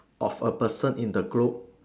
of a person in the group